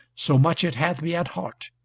so much it hath me at heart.